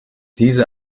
diese